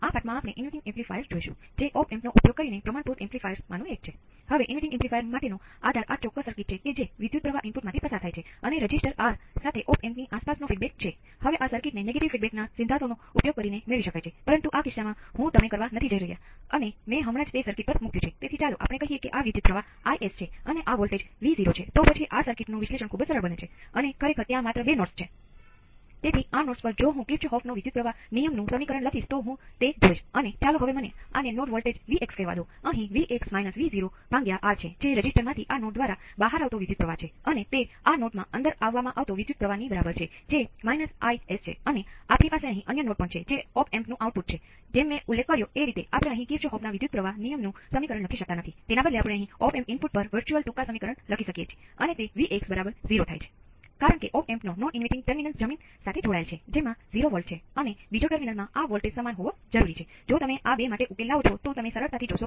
હવે હું શૂન્ય ઇનપુટ સાથેના કિસ્સા માટે સંખ્યાત્મક ઉદાહરણ પર વિચાર કરીશ